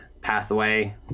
pathway